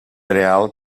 real